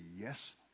Yes